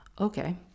Okay